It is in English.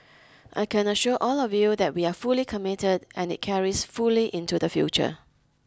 I can assure all of you that we are fully committed and it carries fully into the future